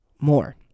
more